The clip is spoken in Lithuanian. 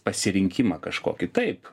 pasirinkimą kažko kitaip